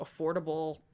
affordable